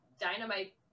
Dynamite